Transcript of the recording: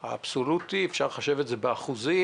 האבסולוטי אפשר לחשב את זה באחוזים